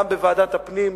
גם בוועדת הפנים,